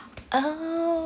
oh